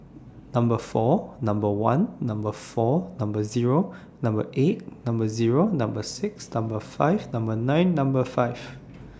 Number four Number one Number four Number Zero Number eight Number Zero Number six Number five Number nine Number five